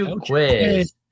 quiz